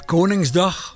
Koningsdag